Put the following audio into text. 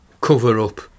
cover-up